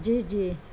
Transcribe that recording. جی جی